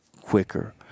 quicker